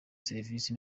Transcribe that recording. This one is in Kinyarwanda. serivisi